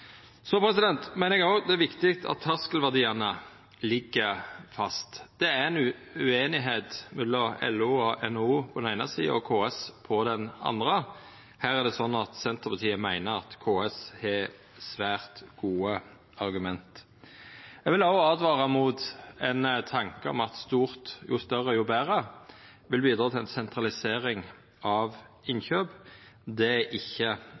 terskelverdiane ligg fast. Det er ueinigheit mellom LO og NHO på den eine sida og KS på den andre. Her meiner Senterpartiet at KS har svært gode argument. Eg vil òg åtvara mot tanken om at jo større, jo betre. Det vil bidra til ei sentralisering av innkjøp. Det er ikkje noko Senterpartiet ønskjer. Men det Senterpartiet ønskjer, er å gjera dei små innkjøparane trygge på eit regelverk som – trass i alle løfte om forenklingar – ikkje